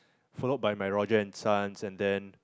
followed by my Roger and Sons and then